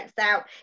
out